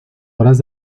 horas